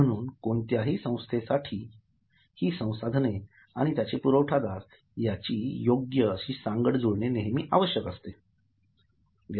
म्हणून कोणत्याही संस्थेसाठी ही संसाधने आणि त्यांचे पुरवठादार यांची योग्य सांगड जुळणे नेहमी आवश्यक असते